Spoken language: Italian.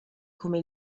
come